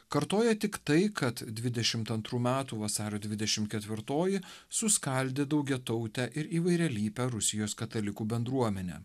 kartoja tik tai kad dvidešimt antrų metų vasario dvidešimt ketvirtoji suskaldė daugiatautę ir įvairialypę rusijos katalikų bendruomenę